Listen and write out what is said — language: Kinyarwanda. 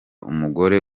umugore